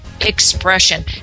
expression